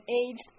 age